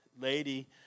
lady